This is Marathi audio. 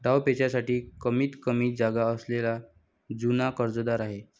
डावपेचांसाठी कमीतकमी जागा असलेला जुना कर्जदार आहे